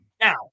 Now